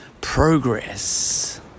progress